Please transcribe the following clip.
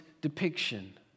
depiction